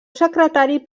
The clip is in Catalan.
secretari